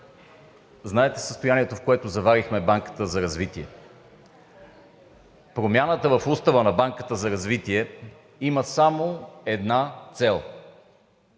Знаете за състоянието, в което заварихме Банката за развитие и промяната в Устава на Банката за развитие има само една цел